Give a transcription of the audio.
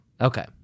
Okay